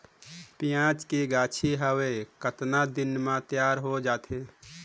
पियाज के गाछी हवे कतना दिन म तैयार हों जा थे?